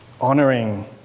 honoring